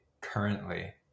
currently